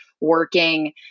working